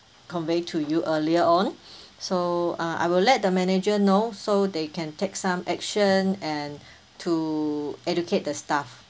conveyed to you earlier on so uh I will let the manager know so they can take some action and to educate the staff